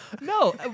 No